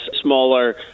smaller